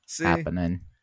happening